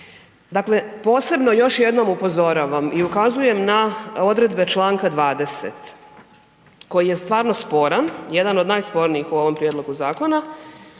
Dakle, posebno još jednom upozoravam i ukazujem na odredbe čl. 20. koji je stvarno sporan, jedan od najspornijih u ovom prijedlogu zakona